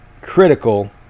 critical